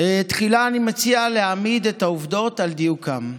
תחילה אני מציע להעמיד את העובדות על דיוקן.